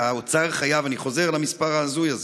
אני חוזר על המספר ההזוי הזה: